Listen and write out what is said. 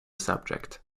subject